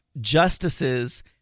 justices